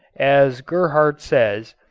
as gerhardt says,